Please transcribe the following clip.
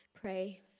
pray